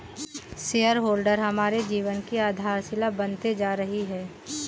share holder हमारे जीवन की आधारशिला बनते जा रही है